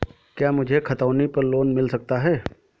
क्या मुझे खतौनी पर लोन मिल सकता है?